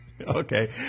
Okay